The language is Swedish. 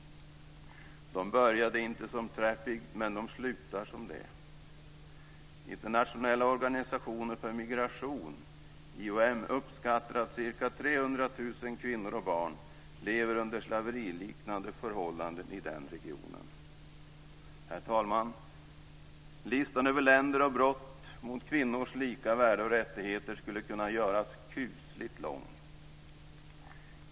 De börjar inte som trafficked, men de slutar så. International Organisation for Migration, IOM, uppskattar att ca 300 000 kvinnor och barn lever under slaveriliknande förhållanden i denna region. Herr talman! Listan över länder med sådana brott mot kvinnors lika värde och rättigheter skulle kunna göras kusligt lång.